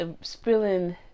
spilling